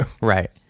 Right